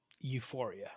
euphoria